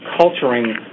culturing